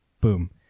Boom